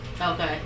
Okay